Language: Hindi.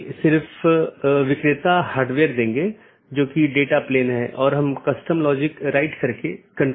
कुछ और अवधारणाएं हैं एक राउटिंग पॉलिसी जो महत्वपूर्ण है जोकि नेटवर्क के माध्यम से डेटा पैकेट के प्रवाह को बाधित करने वाले नियमों का सेट है